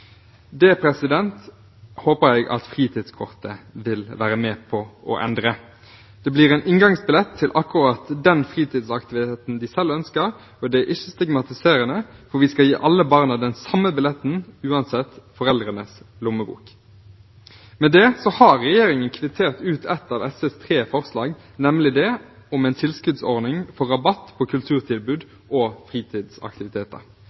hverdag. Det håper jeg at fritidskortet vil være med på å endre. Det blir en inngangsbillett til akkurat den fritidsaktiviteten de selv ønsker, og det er ikke stigmatiserende, for vi skal gi alle barna den samme billetten, uavhengig av foreldrenes lommebok. Med det har regjeringen kvittert ut et av SVs tre forslag, nemlig det om en tilskuddsordning for rabatt på